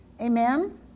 Amen